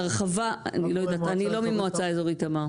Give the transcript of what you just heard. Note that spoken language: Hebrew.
אני לא יודעת, אני לא ממועצה אזורית תמר.